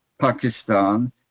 Pakistan